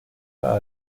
pas